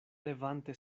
levante